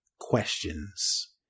questions